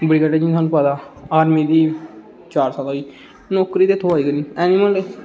स्हानू पता आर्मी दी चार साल होई गेई नौकरी ते थ्होआ दी गै नेईं